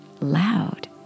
loud